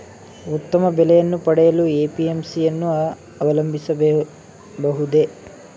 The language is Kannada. ಉತ್ತಮ ಬೆಲೆಯನ್ನು ಪಡೆಯಲು ಎ.ಪಿ.ಎಂ.ಸಿ ಯನ್ನು ಅವಲಂಬಿಸಬಹುದೇ?